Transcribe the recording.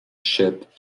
ship